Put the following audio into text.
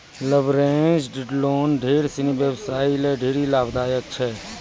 leveraged loan ढेर सिनी व्यवसायी ल ढेरी लाभदायक छै